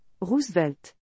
Roosevelt